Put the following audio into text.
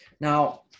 Now